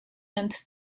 and